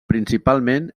principalment